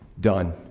Done